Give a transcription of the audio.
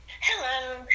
Hello